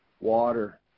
water